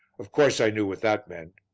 of course i knew what that meant.